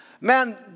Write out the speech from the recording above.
Man